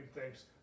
thanks